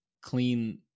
clean